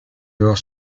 lors